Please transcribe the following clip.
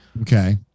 Okay